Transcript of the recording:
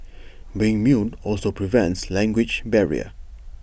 being mute also prevents language barrier